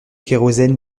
kérosène